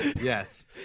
Yes